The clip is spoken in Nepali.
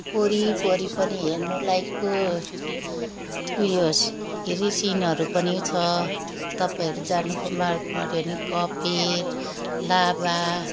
वरिपरि पनि हेर्नु लायकको उयो के रे सिनहरू पनि छ तपाईँहरू जानुको मा पऱ्यो भने कफेर लाभा